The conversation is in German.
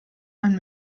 ein